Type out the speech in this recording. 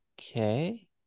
okay